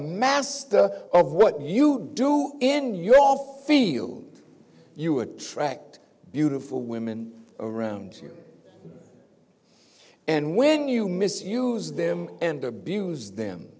master of what you do in your field you attract beautiful women around you and when you misuse them and abuse them